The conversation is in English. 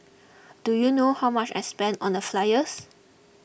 do you know how much I spent on the flyers